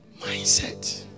Mindset